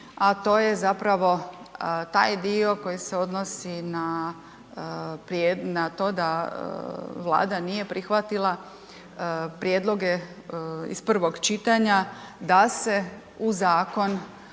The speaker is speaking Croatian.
a to je zapravo taj dio koji se odnosi na to da Vlada nije prihvatila prijedloge iz prvog čitanja, da se u zakon